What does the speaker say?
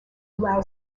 allow